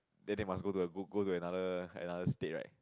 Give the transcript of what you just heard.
then then must go to a got to another another state right